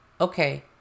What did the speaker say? Okay